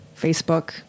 Facebook